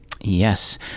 Yes